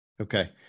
Okay